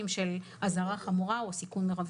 של אזהרה חמורה או סיכון מרבי.